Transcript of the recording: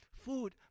food